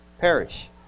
perish